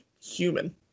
human